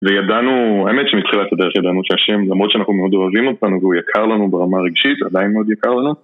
וידענו, האמת שמתחילה את הדרך ידענו שהשם למרות שאנחנו מאוד אוהבים אותנו והוא יקר לנו ברמה רגשית עדיין מאוד יקר לנו